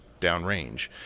downrange